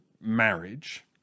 marriage